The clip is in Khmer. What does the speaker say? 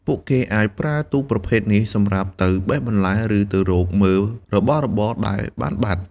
ពួកគេអាចប្រើទូកប្រភេទនេះសម្រាប់ទៅបេះបន្លែ ឬទៅរកមើលរបស់របរដែលបានបាត់។